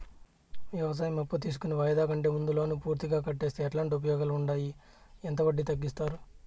వ్యవసాయం అప్పు తీసుకొని వాయిదా కంటే ముందే లోను పూర్తిగా కట్టేస్తే ఎట్లాంటి ఉపయోగాలు ఉండాయి? ఎంత వడ్డీ తగ్గిస్తారు?